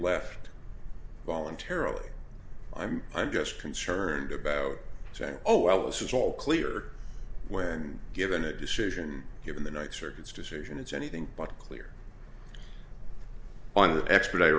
left voluntarily i'm i'm just concerned about saying oh well this is all clear when given a decision given the next circuit's decision it's anything but clear on the expert i